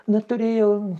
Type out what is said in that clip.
na turėjau